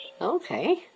Okay